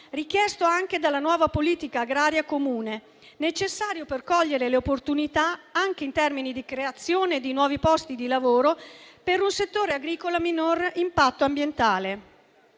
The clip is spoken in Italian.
richiesto anche dalla nuova politica agraria comune, necessario per cogliere le opportunità anche in termini di creazione di nuovi posti di lavoro per un settore agricolo a minor impatto ambientale.